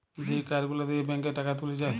যেই কার্ড গুলা দিয়ে ব্যাংকে টাকা তুলে যায়